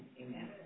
amen